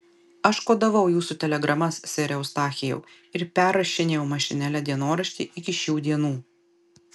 aš kodavau jūsų telegramas sere eustachijau ir perrašinėjau mašinėle dienoraštį iki šių dienų